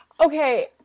Okay